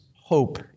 hope